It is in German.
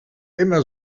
immer